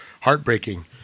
heartbreaking